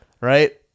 Right